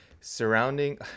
surrounding